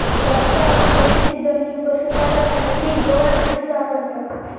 वास्तवात शेतीची जमीन पशुपालन आणि पीक दोघांसाठी वापरतत